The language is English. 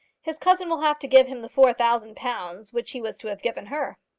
his cousin will have to give him the four thousand pounds which he was to have given her.